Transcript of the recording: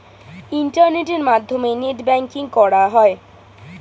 ইন্টারনেটের মাধ্যমে net banking করা হয়